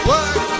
Work